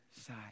side